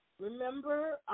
Remember